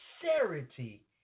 sincerity